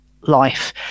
life